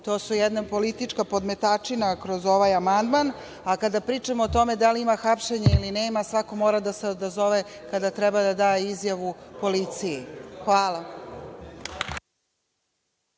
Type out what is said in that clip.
To je politička podmetačina kroz ovaj amandman, a kada pričamo o tome da li ima hapšenja ili nema, svako mora da se odazove kada treba da da izjavu policiji. **Maja